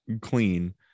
clean